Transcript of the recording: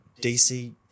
DC